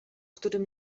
którym